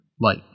light